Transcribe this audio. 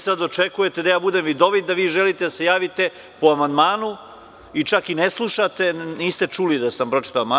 Sada očekujete da ja budem vidovit da vi želite da se javite po amandmanu, i čak i ne slušate, niste čuli da sam pročitao amandman.